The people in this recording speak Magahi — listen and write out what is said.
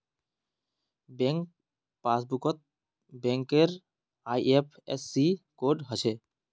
बैंक पासबुकत बैंकेर आई.एफ.एस.सी कोड हछे